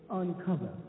uncover